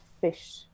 fish